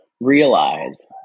realize